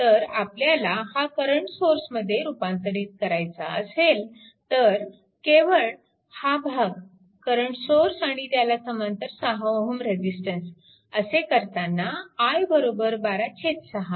तर आपल्याला हा करंट सोर्समध्ये रूपांतरित करायचा असेल तर केवळ हा भाग करंट सोर्स आणि त्याला समांतर 6Ω रेजिस्टन्स असे करताना i 12 6